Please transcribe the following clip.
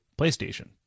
playstation